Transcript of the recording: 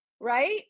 right